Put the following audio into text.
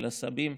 של הסבים,